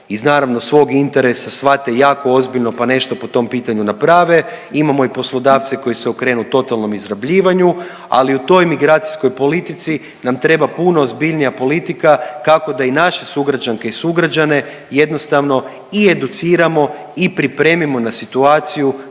iz naravno svog interesa shvate jako ozbiljno pa nešto po tom pitanju naprave, imamo i poslodavce koji se okrenu totalnom izrabljivanju, ali u toj migracijskoj politici nam treba puno ozbiljnija politika kako da i naše sugrađanke i sugrađane jednostavno i educiramo i pripremimo na situaciju